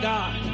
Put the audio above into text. God